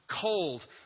cold